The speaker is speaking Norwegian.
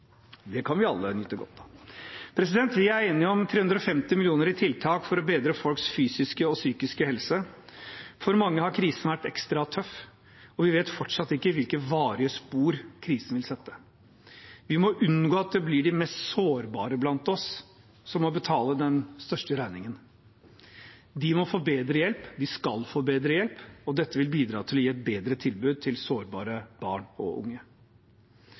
Det kan vi alle nyte godt av. Vi er enige om 350 mill. kr i tiltak for å bedre folks fysiske og psykiske helse. For mange har krisen vært ekstra tøff, og vi vet fortsatt ikke hvilke varige spor krisen vil sette. Vi må unngå at det blir de mest sårbare blant oss som må betale den største regningen. De må få bedre hjelp, de skal få bedre hjelp, og dette vil bidra til å gi et bedre tilbud til sårbare barn og unge.